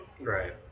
Right